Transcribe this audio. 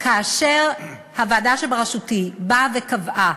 כאשר הוועדה שבראשותי באה וקבעה